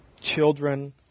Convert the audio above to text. children